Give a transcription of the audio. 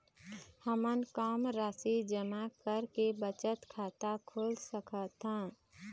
हमन कम राशि जमा करके बचत खाता खोल सकथन?